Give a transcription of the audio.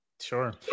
sure